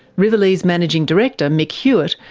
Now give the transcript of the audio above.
rivalea's managing director, mick hewat,